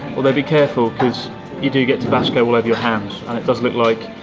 although be careful because you do get tabasco all over your hands and it does look like.